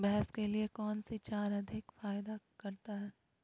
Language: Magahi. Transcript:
भैंस के लिए कौन सी चारा अधिक फायदा करता है?